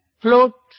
float